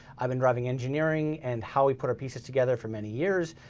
i've been driving engineering and how we put our pieces together for many years.